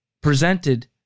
presented